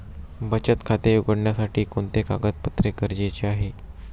बचत खाते उघडण्यासाठी कोणते कागदपत्रे गरजेचे आहे?